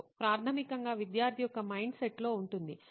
the ప్రాథమికంగా విద్యార్థి యొక్క మైండ్ సెట్లో ఉంటుంది